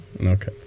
Okay